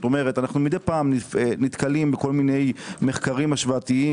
אנו מדי פעם נתקלים בכל מיני מחקרים השוואתיים